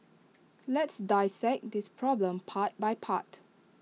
let's dissect this problem part by part